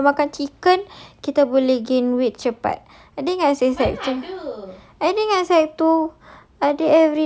ya tapi kalau makan chicken kita boleh gain weight cepat I think I says that macam I think masa itu